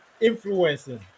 influencing